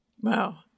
Wow